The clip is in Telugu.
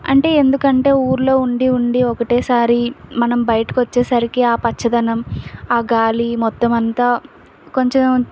అంటే ఎందుకంటే ఊర్లో ఉండి ఉండి ఒకటేసారి మనం బయటకొచ్చేసరికి ఆ పచ్చదనం ఆ గాలి మొత్తంమంతా కొంచెం